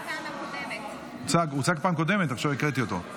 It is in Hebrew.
הוצג פעם קודמת, עכשיו הקראתי אותו.